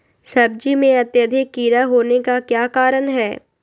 सब्जी में अत्यधिक कीड़ा होने का क्या कारण हैं?